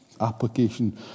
application